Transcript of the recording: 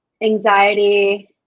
anxiety –